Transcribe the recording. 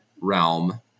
realm